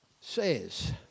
says